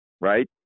right